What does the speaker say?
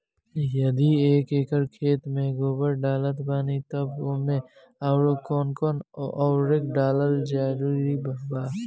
यदि एक एकर खेत मे गोबर डालत बानी तब ओमे आउर् कौन कौन उर्वरक डालल जरूरी बा?